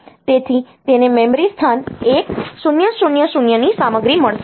તેથી તેને મેમરી સ્થાન 1000 ની સામગ્રી મળશે